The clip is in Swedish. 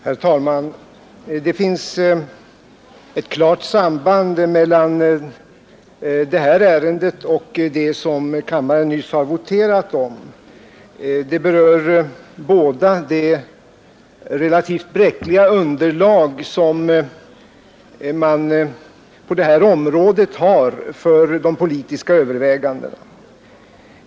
Herr talman! Det finns ett klart samband mellan det här ärendet och det som kammaren nyss har voterat om, De berör båda det relativt bräckliga underlag som man på det här området har för de politiska övervägandena.